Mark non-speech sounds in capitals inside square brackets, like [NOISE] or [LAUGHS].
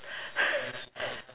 [LAUGHS]